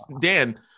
Dan